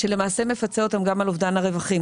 שלמעשה מפצה אותם גם על אובדן הרווחים.